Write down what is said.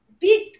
big